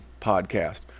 Podcast